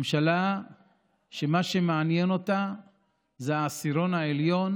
ממשלה שמה שמעניין אותה זה העשירון העליון,